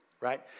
right